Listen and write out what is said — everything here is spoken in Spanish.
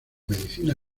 medicina